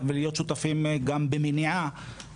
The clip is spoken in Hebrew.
ולהיות שותפים גם במניעה.